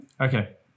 Okay